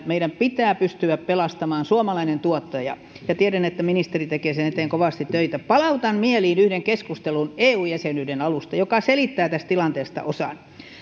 meidän pitää pystyä pelastamaan suomalainen tuottaja tiedän että ministeri tekee sen eteen kovasti töitä palautan mieliin yhden keskustelun eu jäsenyyden alusta joka selittää tästä tilanteesta osan